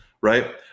right